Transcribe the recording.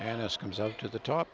and has comes up to the top